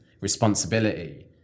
responsibility